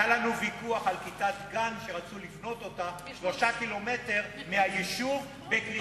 היה לנו ויכוח על כיתת גן שרצו לבנות אותה 3 ק"מ מהיישוב בקריצת עין,